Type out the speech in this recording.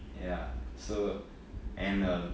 ya so and uh